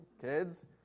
kids